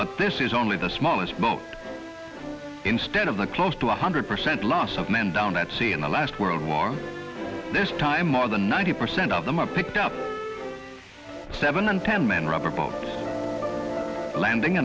but this is only the smallest boat instead of the close to one hundred percent loss of men down at sea in the last world war this time more than ninety percent of them are picked up seven and ten men rubber boat landing